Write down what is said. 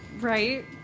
Right